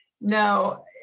No